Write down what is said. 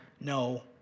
no